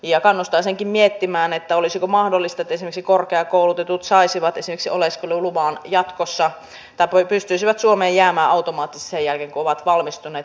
ja kannustaisinkin miettimään että olisiko mahdollista että esimerkiksi korkeakoulutetut saisivat esimerkiksi oleskeluluvan jatkossa että pystyisivät suomeen jäämään automaattisesti sen jälkeen kun ovat valmistuneet